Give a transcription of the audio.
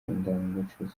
indangagaciro